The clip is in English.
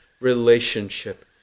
relationship